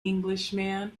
englishman